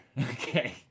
Okay